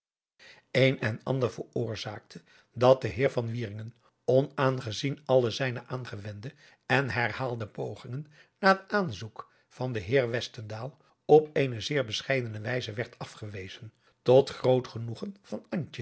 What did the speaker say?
een en ander veroorzaakte dat de heer van wieringen onaangezien alle zijne aangewende en herhaalde pogingen na het aanzoek van den heer westendaal op eene zeer bescheidene wijze werd asgewezen tot groot genoegen van